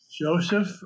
Joseph